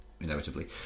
inevitably